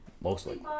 Mostly